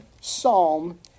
psalm